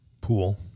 Pool